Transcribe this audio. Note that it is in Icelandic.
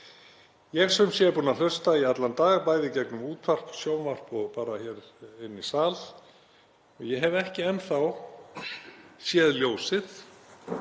er sem sé búinn að hlusta í allan dag, bæði í gegnum útvarp, sjónvarp og hér inni í sal, og ég hef ekki enn þá séð ljósið,